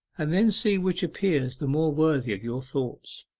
and then see which appears the more worthy of your thoughts